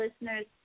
listeners